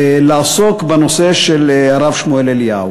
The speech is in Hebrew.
אני מברך את מי שמוביל אותה,